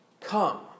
Come